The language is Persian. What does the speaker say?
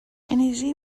انِرژی